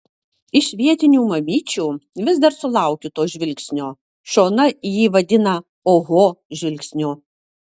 iš vietinių mamyčių vis dar sulaukiu to žvilgsnio šona jį vadina oho žvilgsniu